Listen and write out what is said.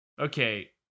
Okay